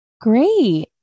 great